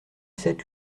sept